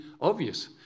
obvious